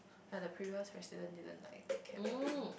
like the previous resident didn't like take care properly